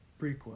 prequel